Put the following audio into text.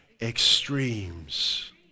extremes